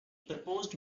proposed